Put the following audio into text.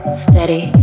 steady